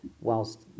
whilst